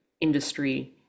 industry